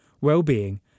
well-being